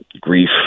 grief